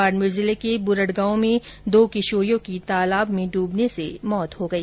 बाडमेर जिले के बुरड गांव में दो किशोरियों की तालाब में डूबने से मौत हो गई